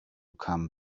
come